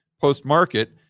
post-market